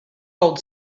old